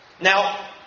Now